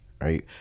right